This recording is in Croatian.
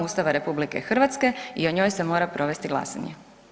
Ustava RH i o njoj se mora provesti glasanje.